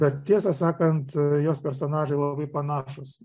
bet tiesą sakant jos personažai labai panašūs